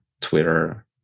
Twitter